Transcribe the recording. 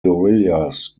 guerrillas